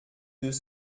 deux